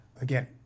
again